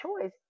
choice